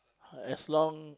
as long